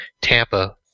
Tampa